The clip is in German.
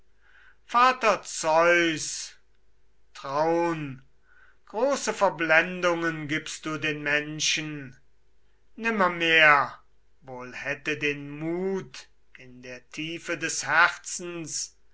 vater zeus traun große verblendungen gibst du den menschen nimmermehr wohl hätte den mut in der tiefe des herzens